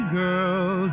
girl